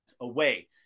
away